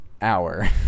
hour